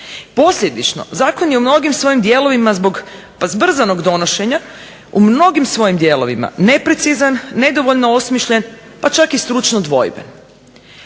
Posljedično zakon je u mnogim svojim dijelovima zbog pa zbrzanog donošenja u mnogim svojim dijelovima neprecizan, nedovoljno osmišljen pa čak i stručno dvojben.